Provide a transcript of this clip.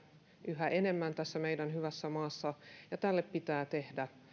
yhä enemmän tässä meidän hyvässä maassamme ja tälle pitää tehdä